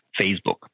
facebook